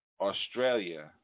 Australia